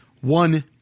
One